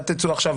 אל תצאו עכשיו